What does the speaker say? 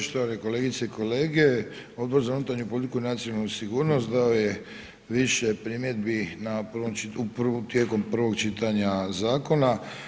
Poštovane kolegice i kolege Odbor za unutarnju politiku i nacionalnu sigurnost dao je više primjedbi na prvom, tijekom prvog čitanja zakona.